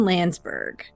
Landsberg